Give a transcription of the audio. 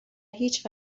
هیچ